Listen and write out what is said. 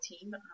team